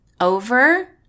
over